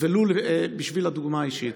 ולו בשביל הדוגמה האישית.